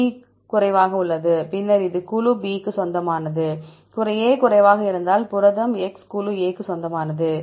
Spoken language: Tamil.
B குறைவாக உள்ளது பின்னர் இது குழு B க்கு சொந்தமானது A குறைவாக இருந்தால் புரதம் x குழு A க்கு சொந்தமானது